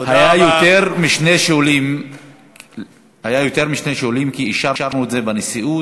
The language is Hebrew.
היו יותר משני שואלים כי אישרנו את זה בנשיאות.